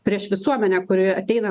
prieš visuomenę kuri ateina